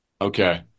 Okay